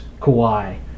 Kawhi